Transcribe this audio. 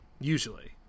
Usually